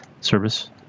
service